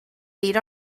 byd